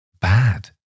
Bad